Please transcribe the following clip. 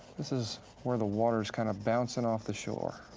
this is where the water's kind of bouncing off the shore.